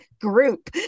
group